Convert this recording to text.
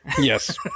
Yes